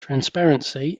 transparency